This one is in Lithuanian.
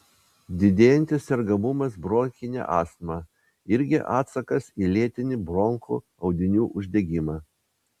didėjantis sergamumas bronchine astma irgi atsakas į lėtinį bronchų audinių uždegimą